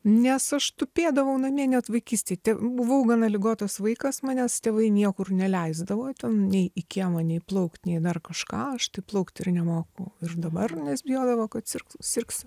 nes aš tupėdavau namie net vaikystėj ten buvau gana ligotas vaikas manęs tėvai niekur neleisdavo nei į kiemą nei plaukt nei dar kažką aš tai plaukt ir nemoku ir dabar nes bijodavo kad sirgs sirgsiu